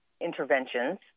interventions